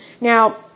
Now